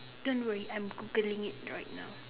don't worry I'm Googling it right now